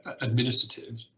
administrative